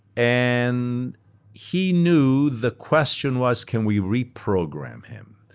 and he knew the question was can we reprogram him?